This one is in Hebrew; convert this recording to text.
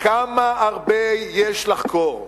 כמה הרבה יש לחקור,